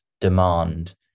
demand